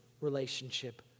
relationship